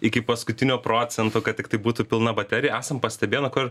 iki paskutinio procento kad tiktai būtų pilna baterija esam pastebėję na kur